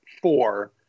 four